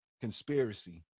conspiracy